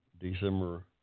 December